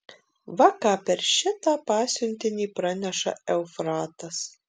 va ką per šitą pasiuntinį praneša eufratas